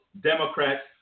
Democrats